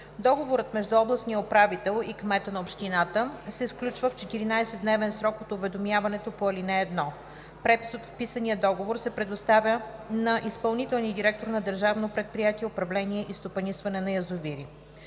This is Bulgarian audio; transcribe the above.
Договорът между областния управител и кмета на общината се сключва в 14-дневен срок от уведомяването по ал. 1. Препис от вписания договор се предоставя на изпълнителния директор на Държавно предприятие „Управление и стопанисване на язовири“.